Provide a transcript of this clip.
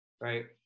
right